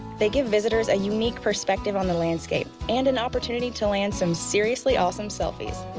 they give visitors a unique perspective on the landscape and an opportunity to land some seriously-awesome selfies.